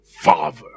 father